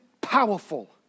powerful